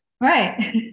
Right